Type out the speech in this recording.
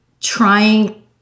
trying